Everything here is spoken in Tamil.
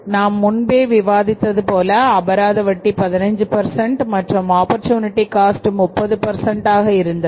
நாம் முன்பே விவாதித்தது போல அபராத வட்டி 15 மற்றும் ஆப்பர்சூனிட்டி காஸ்ட் 30 ஆக இருந்தது